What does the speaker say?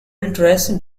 dress